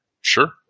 Sure